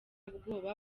bwoba